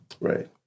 Right